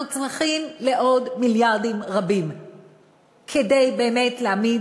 אנחנו צריכים עוד מיליארדים רבים כדי להעמיד